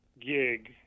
gig